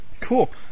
Cool